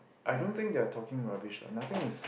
I don't think they are talking rubbish lah nothing is